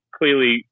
clearly